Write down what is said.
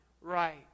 right